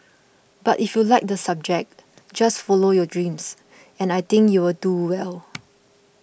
but if you like the subject just follow your dreams and I think you'll do well